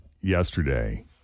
yesterday